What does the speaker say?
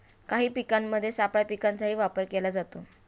काही शेतांमध्ये सापळा पिकांचाही वापर केला जातो